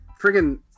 Friggin